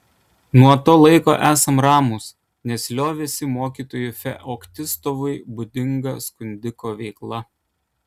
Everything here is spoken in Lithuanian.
nuo to laiko esame ramūs nes liovėsi mokytojui feoktistovui būdinga skundiko veikla